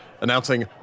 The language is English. announcing